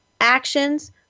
actions